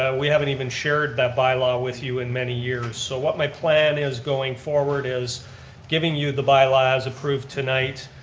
and we haven't even shared that bylaw with you in many years. so what my plan is going forward is giving you the bylaws approved tonight.